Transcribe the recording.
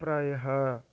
प्रायः